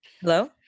Hello